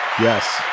Yes